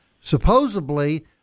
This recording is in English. Supposedly